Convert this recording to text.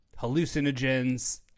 hallucinogens